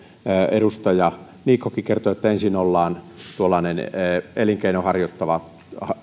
edustaja niikkokin kertoi että ensin ollaan tuollaisella elinkeinonharjoittajan